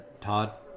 Todd